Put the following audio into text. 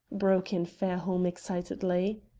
broke in fairholme excitedly.